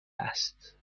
است